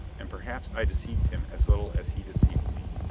and perhaps i deceived him as little as he deceived me.